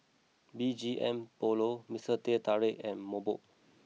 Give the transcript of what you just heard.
B G M Polo Mister Teh Tarik and Mobot